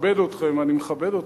ומכבד אתכם, אני מכבד אתכם,